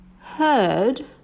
heard